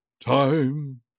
time